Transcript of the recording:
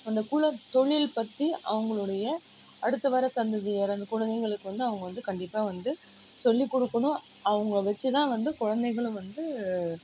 அந்த குலத்தொழில் பற்றி அவங்களோடைய அடுத்து வர சந்ததியர் அந்த குழந்தைங்களுக்கு வந்து அவங்க வந்து கண்டிப்பாக வந்து சொல்லி கொடுக்கணும் அவங்கள வச்சுத்தான் வந்து குழந்தைகளும் வந்து